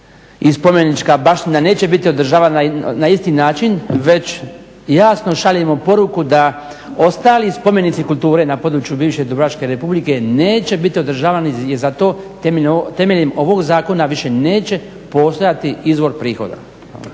i spomenička baština neće biti održavana na isti način već jasno šaljemo poruku da ostali spomenici kulture na području bivše Dubrovačke Republike neće biti održavani zato temeljem ovog zakona više neće postojati izvor prihoda.